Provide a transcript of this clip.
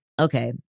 Okay